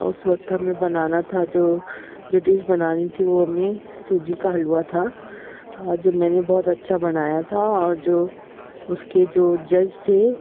اس وقت ہمیں بنانا تھا جو جو ڈش بنانی تھی وہ ہمیں سوجی کا حلوہ تھا جو میں نے بہت اچھا بنایا تھا اور جو اس کے جو جج تھے